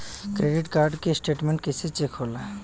Credit card के statement कइसे check होला?